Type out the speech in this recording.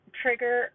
trigger